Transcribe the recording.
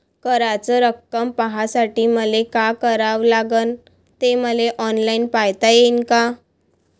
कराच रक्कम पाहासाठी मले का करावं लागन, ते मले ऑनलाईन पायता येईन का?